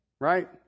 right